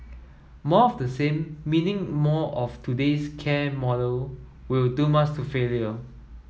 more of the same meaning more of today's care model will doom us to failure